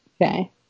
Okay